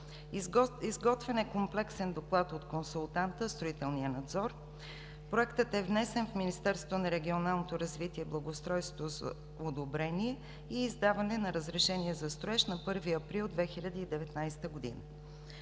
Изготвен е комплексен доклад от консултанта – строителния надзор. Проектът е внесен в Министерството на регионалното развитие и благоустройството за одобрение и издаване на разрешение за строеж на 1 април 2019 г.